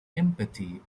empathy